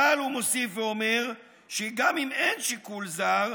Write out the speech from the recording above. אבל הוא מוסיף ואומר שגם אם אין שיקול זר,